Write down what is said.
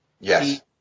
Yes